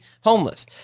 homeless